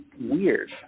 weird